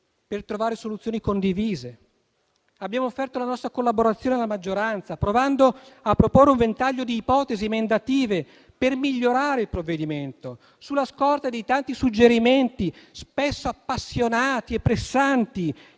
per trovare soluzioni condivise. Abbiamo offerto la nostra collaborazione alla maggioranza, provando a proporre un ventaglio di ipotesi emendative per migliorare il provvedimento, sulla scorta dei tanti suggerimenti, spesso appassionati e pressanti,